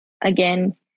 again